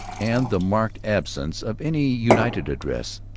and the marked absence of any united address,